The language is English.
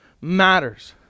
matters